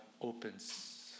opens